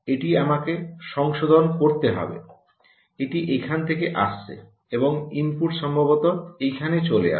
এটি আমাকে সংশোধন করতে হবে এটি এখান থেকে আসছে এবং ইনপুট সম্ভবত এখানে চলে আসে